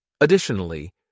Additionally